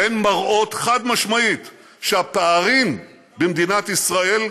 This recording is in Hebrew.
והן מראות חד-משמעית שהפערים במדינת ישראל,